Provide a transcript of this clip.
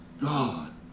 God